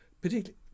particularly